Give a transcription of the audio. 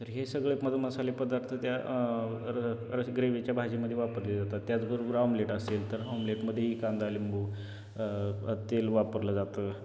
तर हे सगळे मद मसाले पदार्थ त्या र र ग्रेवीच्या भाजीमध्ये वापरले जातात त्याचबरोबर ऑमलेट असेल तर ऑमलेटमध्ये कांदा लिंबू तेल वापरलं जातं